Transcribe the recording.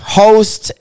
host